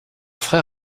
frère